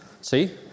See